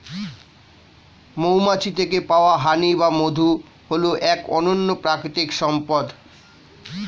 মৌমাছির থেকে পাওয়া হানি বা মধু হল এক অনন্য প্রাকৃতিক সম্পদ